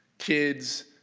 kids,